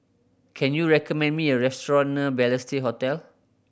can you recommend me a restaurant near Balestier Hotel